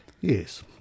Yes